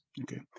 Okay